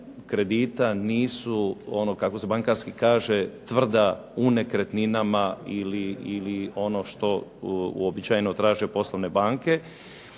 kredita nisu ono, kako se bankarski kaže, tvrda u nekretninama ili ono što uobičajeno traže poslovne banke